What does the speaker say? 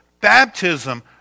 baptism